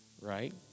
right